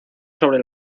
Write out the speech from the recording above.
sobre